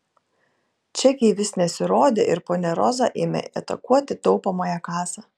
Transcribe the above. čekiai vis nesirodė ir ponia roza ėmė atakuoti taupomąją kasą